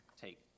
take